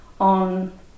on